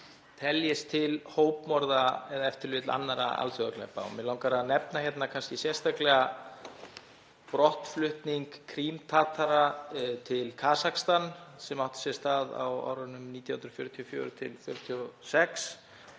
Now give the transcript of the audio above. teljist til hópmorða eða e.t.v. annarra alþjóðaglæpa. Mig langar að nefna hérna sérstaklega brottflutning Krímtatara til Kasakstan, sem átti sér stað á árunum 1944–1946,